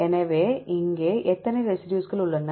எனவே இங்கே எத்தனை ரெசிடியூஸ்கள் உள்ளன